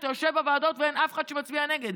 אתה יושב בוועדות ואין אף אחד שמצביע נגד.